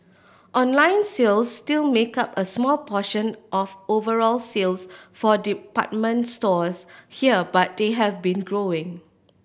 online sales still make up a small portion of overall sales for department stores here but they have been growing